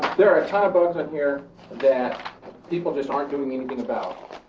there are a ton of bugs on here that people just aren't doing anything about.